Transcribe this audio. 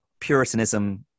Puritanism